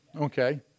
okay